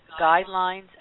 guidelines